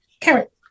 Carrot